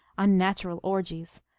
unnatural orgies,